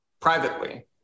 Privately